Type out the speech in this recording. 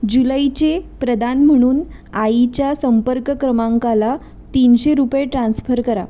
जुलैचे प्रदान म्हणून आईच्या संपर्क क्रमांकाला तीनशे रुपये ट्रान्स्फर करा